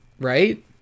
right